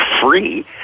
free